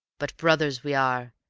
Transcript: but brothers we are,